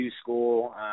school